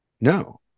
No